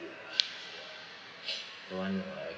the [one] that I